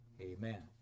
Amen